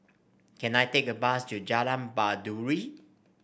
can I take a bus to Jalan Baiduri